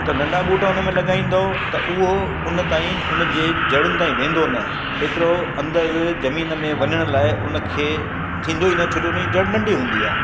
त नंढा ॿूटा उन में लॻाईंदो त उहो उन ताईं उन जे जड़ुनि ताईं वेंदो न एतिरो अंदरि ज़मीन में वञण लाइ उन खे थींदो ई न छोजो उन जी जड़ नंढी हूंदी आहे